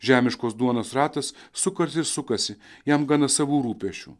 žemiškos duonos ratas sukasi ir sukasi jam gana savų rūpesčių